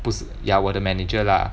不是 ya 我的 manager lah